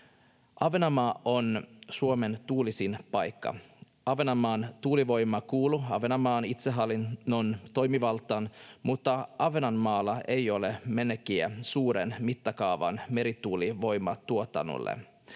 Ahvenanmaa on Suomen tuulisin paikka. Ahvenanmaan tuulivoima kuuluu Ahvenanmaan itsehallinnon toimivaltaan, mutta Ahvenanmaalla ei ole menekkiä suuren mittakaavan merituulivoimatuotannolle.